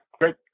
great